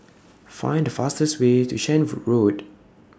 Find The fastest Way to Shenvood Road